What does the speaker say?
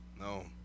No